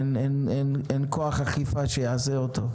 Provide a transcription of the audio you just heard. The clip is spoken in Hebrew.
אין כוח אכיפה שיעשה אותו?